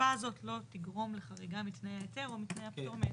ההוספה הזאת לא תגרום לחריגה מתנאי ההיתר או מתנאי הפטור מהיתר.